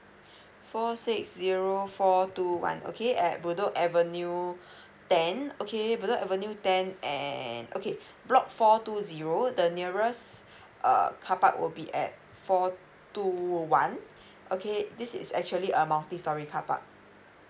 four six zero four two one okay at bedok avenue ten okay bedok avenue ten and okay block four two zero the nearest uh carpark will be at four two two one okay this is actually a multi storey carpark